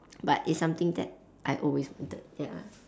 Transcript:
but it's something that I always wanted ya